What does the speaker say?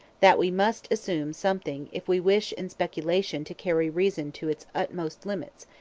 that we must assume something if we wish in speculation to carry reason to its utmost limits,